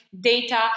data